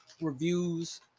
reviews